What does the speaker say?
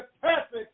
perfect